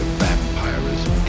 vampirism